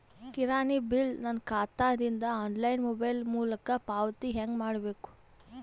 ಕಿರಾಣಿ ಬಿಲ್ ನನ್ನ ಖಾತಾ ದಿಂದ ಆನ್ಲೈನ್ ಮೊಬೈಲ್ ಮೊಲಕ ಪಾವತಿ ಹೆಂಗ್ ಮಾಡಬೇಕು?